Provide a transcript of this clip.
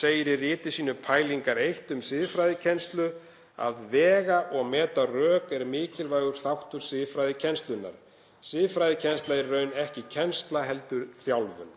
segir í riti sínu Pælingar I um siðfræðikennslu: „Að vega og meta rök er mikilvægur þáttur siðfræðikennslunnar. Siðfræðikennsla er í raun ekki kennsla, heldur þjálfun.